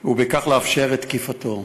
וכך לאפשר את תקיפתו.